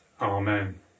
Amen